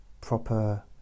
proper